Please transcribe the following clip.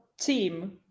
team